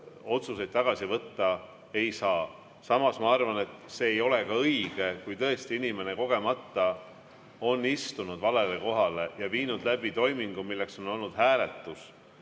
otsuseid tagasi võtta ei saa. Samas ma arvan, et see ei ole ka õige, et kui tõesti inimene kogemata on istunud valele kohale ja viinud läbi toimingu, milleks on olnud hääletus,